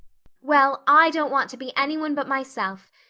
well, i don't want to be anyone but myself,